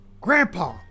Grandpa